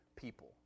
people